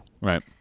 Right